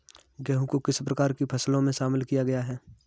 गेहूँ को किस प्रकार की फसलों में शामिल किया गया है?